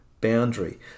boundary